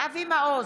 אבי מעוז,